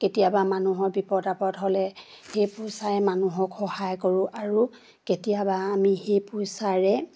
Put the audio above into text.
কেতিয়াবা মানুহৰ বিপদ আপদ হ'লে সেই পইচাৰে মানুহক সহায় কৰোঁ আৰু কেতিয়াবা আমি সেই পইচাৰে